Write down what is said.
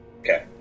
Okay